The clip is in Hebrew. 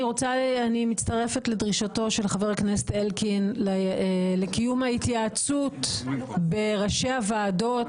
אני מצטרפת לדרישתו של חבר הכנסת אלקין לקיום ההתייעצות עם ראשי הוועדות